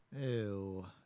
Ew